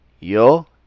Yo